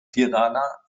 tirana